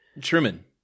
Truman